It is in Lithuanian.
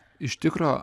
iš tikro